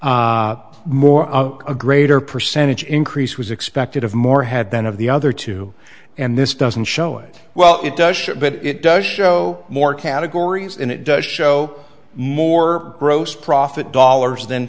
more a greater percentage increase was expected of more head then of the other two and this doesn't show it well it does sure but it does show more categories and it does show more gross profit dollars th